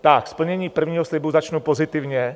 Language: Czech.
Tak splnění prvního slibu začnu pozitivně.